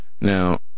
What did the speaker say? Now